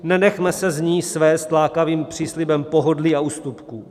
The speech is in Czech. Nenechme se z ní svést lákavým příslibem pohodlí a ústupků.